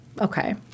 Okay